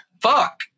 Fuck